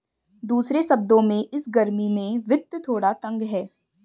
दूसरे शब्दों में, इस गर्मी में वित्त थोड़ा तंग है